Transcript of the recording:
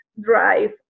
drive